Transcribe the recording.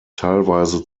teilweise